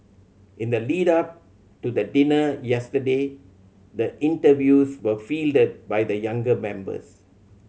in the lead up to the dinner yesterday the interviews were fielded by the younger members